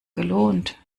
gelohnt